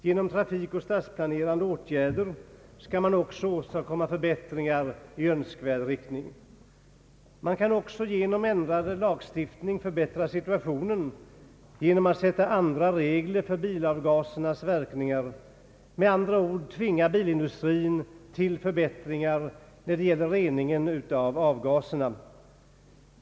Genom trafikoch stadsplanerande åtgärder kan man även åstadkomma förbättringar i önskvärd riktning. Vidare kan ändringar i lagstiftningen leda till förbättringar, t.ex. nya regler för bilavgasernas verkningar. Man kan med andra ord tvinga bilindustrin till att åstadkomma förbättrad rening av avgaserna.